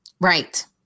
Right